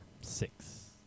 Six